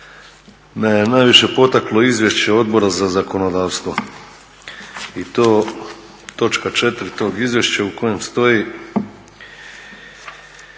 me najviše potaklo izvješće Odbora za zakonodavstvo i to točka 4. tog izvješća u kojem stoji